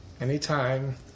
Anytime